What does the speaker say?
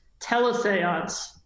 teleseance